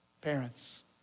parents